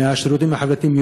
מהשירותים החברתיים,